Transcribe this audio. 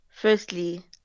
firstly